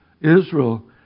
Israel